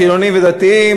חילונים ודתיים,